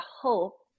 hope